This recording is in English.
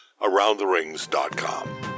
AroundTheRings.com